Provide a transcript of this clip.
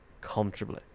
comfortably